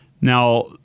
Now